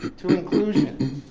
to inclusion,